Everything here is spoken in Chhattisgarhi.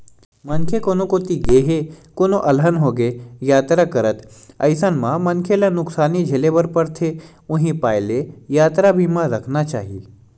मनखे कोनो कोती गे हे कोनो अलहन होगे यातरा करत अइसन म मनखे ल नुकसानी झेले बर परथे उहीं पाय के यातरा बीमा रखना चाही